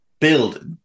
build